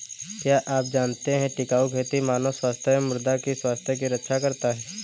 क्या आप जानते है टिकाऊ खेती मानव स्वास्थ्य एवं मृदा की स्वास्थ्य की रक्षा करता हैं?